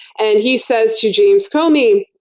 and he says to james comey,